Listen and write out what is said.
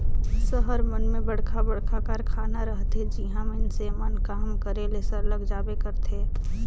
सहर मन में बड़खा बड़खा कारखाना रहथे जिहां मइनसे मन काम करे ले सरलग जाबे करथे